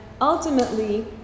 ultimately